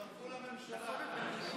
תצטרפו לממשלה.